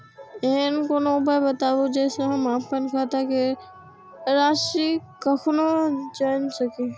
ऐहन कोनो उपाय बताबु जै से हम आपन खाता के राशी कखनो जै सकी?